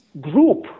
group